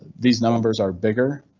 these numbers are bigger,